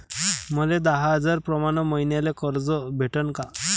मले दहा हजार प्रमाण मईन्याले कर्ज भेटन का?